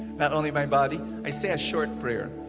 not only my body. i say a short prayer.